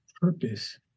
purpose